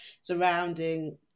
surrounding